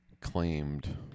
Claimed